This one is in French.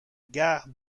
gare